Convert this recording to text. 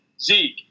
Zeke